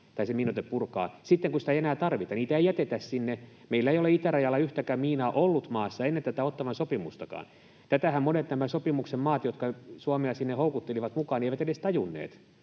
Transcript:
tai se miinoite purkaa sitten, kun sitä ei enää tarvita. Niitä ei jätetä sinne. Meillä ei ole itärajalla yhtäkään miinaa ollut maassa ennen tätä Ottawan sopimustakaan. Tätähän monet tämän sopimuksen maat, jotka Suomea sinne houkuttelivat mukaan, eivät edes tajunneet,